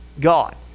God